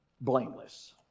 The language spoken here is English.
blameless